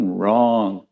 wrong